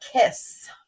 Kiss